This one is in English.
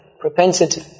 propensity